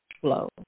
flow